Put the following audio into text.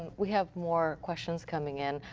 we have more questions coming in.